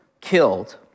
killed